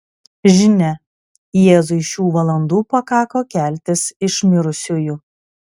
žinia jėzui šių valandų pakako keltis iš mirusiųjų